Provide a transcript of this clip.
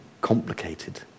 complicated